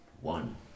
one